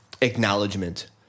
acknowledgement